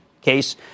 case